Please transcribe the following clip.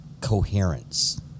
coherence